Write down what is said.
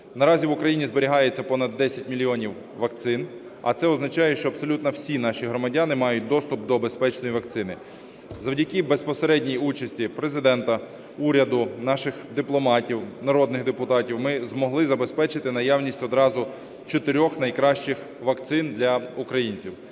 Наразі в Україні зберігається понад 10 мільйонів вакцин, а це означає, що абсолютно всі наші громадяни мають доступ до безпечної вакцини. Завдяки безпосередній участі Президента, уряду, наших дипломатів, народних депутатів ми змогли забезпечити наявність одразу чотирьох найкращих вакцин для українців.